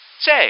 Say